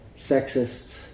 sexists